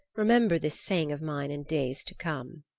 remember this saying of mine in days to come.